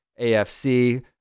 AFC